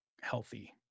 healthy